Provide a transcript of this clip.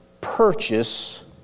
purchase